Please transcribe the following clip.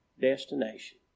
destination